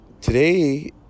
today